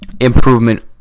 improvement